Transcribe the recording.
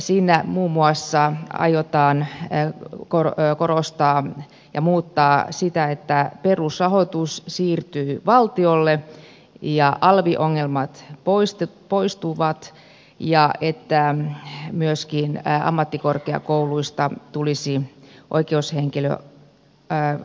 siinä muun muassa aiotaan muuttaa sitä että perusrahoitus siirtyy valtiolle ja alvi ongelmat poistuvat ja että myöskin ammattikorkeakouluista tulisi oikeushenkilökelpoisia